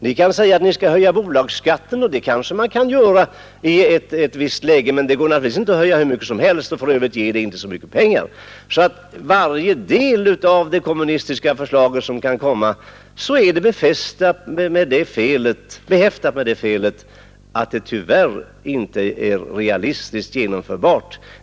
Ni kan säga att ni skall höja bolagsskatten, och det kanske man kan göra i ett visst läge, men det går naturligtvis inte att höja den hur mycket som helst, och för övrigt ger det inte så mycket pengar. Varje del av de kommunistiska förslagen är behäftad med det felet att den tyvärr inte är realistiskt genomförbar.